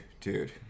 dude